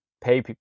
pay